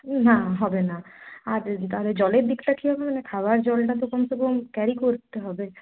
না হবে না আর তাহলে জলের দিকটা কী হবে মানে খাবার জলটা তো কম সে কম ক্যারি করতে হবে